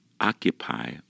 occupy